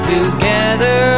Together